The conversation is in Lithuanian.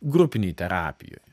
grupinėj terapijoj